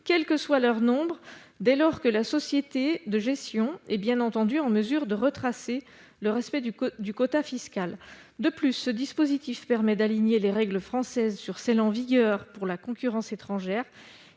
quel que soit leur nombre, dès lors que la société de gestion est bien entendu en mesure de retracer le respect du quota fiscal. De plus, ce dispositif permet d'harmoniser les règles françaises avec celles en vigueur pour la concurrence étrangère